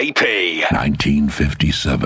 1957